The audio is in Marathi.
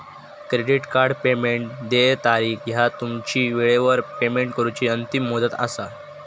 क्रेडिट कार्ड पेमेंट देय तारीख ह्या तुमची वेळेवर पेमेंट करूची अंतिम मुदत असा